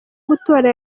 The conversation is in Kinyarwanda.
gutora